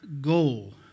goal